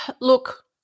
Look